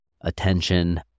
attention